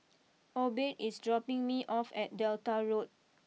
Obed is dropping me off at Delta Road